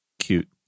cute